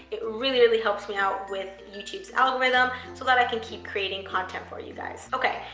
it really, really helps me out with youtube's algorithm so that i can keep creating content for you guys. okay,